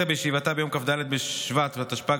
בישיבתה ביום כ"ד בשבט התשפ"ג,